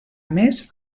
més